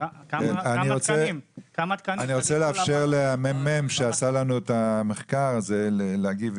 אני רוצה לאפשר לממ"מ שעשה לנו את המחקר הזה להגיב,